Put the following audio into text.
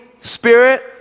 spirit